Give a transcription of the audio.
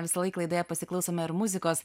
visąlaik laidoje pasiklausome ir muzikos